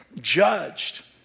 judged